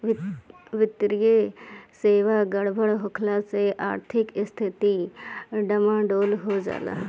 वित्तीय सेवा गड़बड़ होखला से आर्थिक स्थिती डमाडोल हो जाला